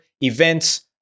events